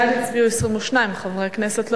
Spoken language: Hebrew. בעד הצביעו 22 חברי כנסת,